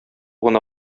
гына